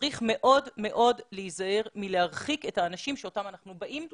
וצריך מאוד מאוד להיזהר מלהרחיק את האנשים שאנחנו אנחנו באים לקרב.